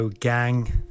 gang